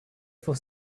for